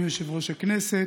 אדוני יושב-ראש הכנסת,